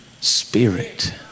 spirit